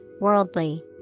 worldly